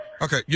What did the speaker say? okay